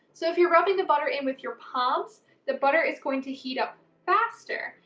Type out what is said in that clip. so if you're rubbing the butter in with your palms, the butter is going to heat up faster.